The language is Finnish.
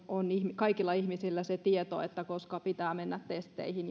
on kaikilla ihmisillä se tieto koska pitää mennä testeihin